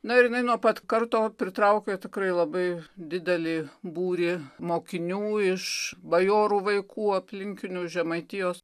na ir jinai nuo pat karto pritraukė tikrai labai didelį būrį mokinių iš bajorų vaikų aplinkinių žemaitijos